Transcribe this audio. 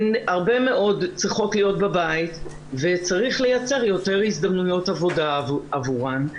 צריכות להיות בבית וצריך לייצר יותר הזדמנויות עבודה עבורן.